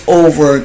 over